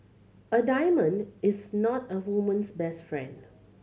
a diamond is not a woman's best friend